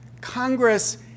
Congress